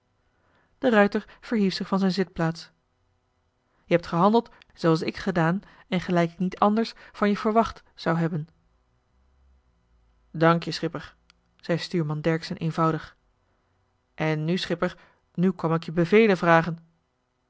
ruijter verhief zich van zijn zitplaats je hebt gehandeld zooals ik gedaan en gelijk ik niet anders van je verwacht zou hebben dank je schipper zei stuurman dercksen eenvoudig en nu schipper nu kwam ik je bevelen vragen